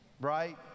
right